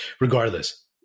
Regardless